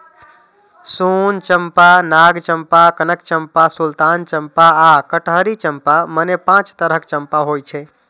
सोन चंपा, नाग चंपा, कनक चंपा, सुल्तान चंपा आ कटहरी चंपा, मने पांच तरहक चंपा होइ छै